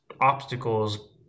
obstacles